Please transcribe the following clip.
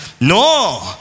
No